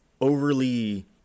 overly